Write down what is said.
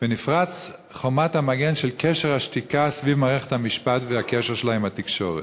ונפרצה חומת המגן של קשר השתיקה סביב מערכת המשפט והקשר שלה עם התקשורת.